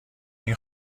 این